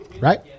Right